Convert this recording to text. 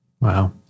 Wow